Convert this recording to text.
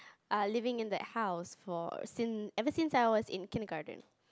ah living in that house for since ever since I was in kindergarten